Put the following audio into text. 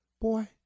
Boy